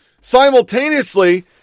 Simultaneously